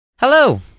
Hello